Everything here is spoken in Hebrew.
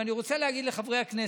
ואני רוצה להגיד לחברי הכנסת: